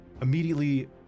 Immediately